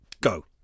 Go